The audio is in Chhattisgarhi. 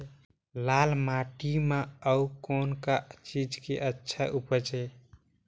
लाल माटी म अउ कौन का चीज के अच्छा उपज है?